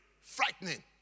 frightening